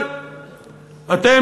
אבל אתם,